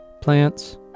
plants